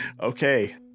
Okay